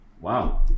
Wow